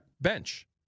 bench